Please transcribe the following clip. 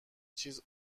چیز